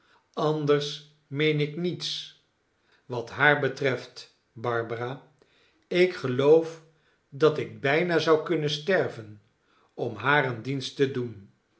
anders meen ik niets wat haar betreft barbara ik geloof dat ik bijna zou kunnen sterven om haar een dienst te doen